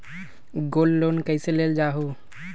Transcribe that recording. Gold loan कईसे लेल जाहु?